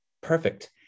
Perfect